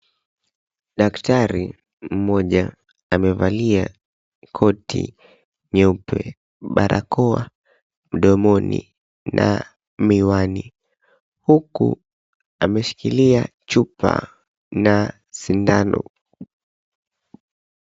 Daktari mmoja amevalia koti nyeupe, barakoa mdomoni na miwani huku ameshikilia chupa na sindano.